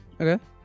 Okay